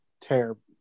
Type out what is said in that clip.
Terrible